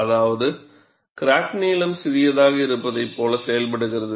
அதாவது கிராக் நீளம் சிறியதாக இருப்பதைப் போல செயல்படுகிறது